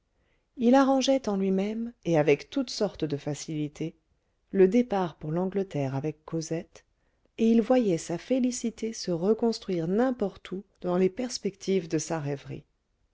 il arrangeait en lui-même et avec toutes sortes de facilités le départ pour l'angleterre avec cosette et il voyait sa félicité se reconstruire n'importe où dans les perspectives de sa rêverie